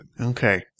Okay